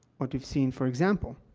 what we've seen, for example,